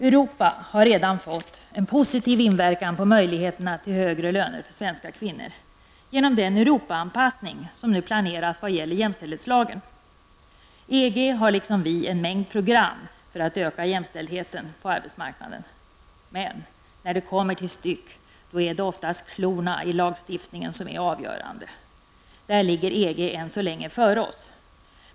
Europa har redan fått en positiv inverkan på möjligheterna till högre löner för svenska kvinnor genom den Europaanpassning som nu planeras vad gäller jämställdhetslagen. EG har, liksom vi, en mängd program för att öka jämställdheten på arbetsmarknaden. Men när det kommer till styck är det oftast klorna i lagstiftningen som är avgörande. Där ligger EG än så länge före oss.